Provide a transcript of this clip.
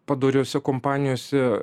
padoriose kompanijose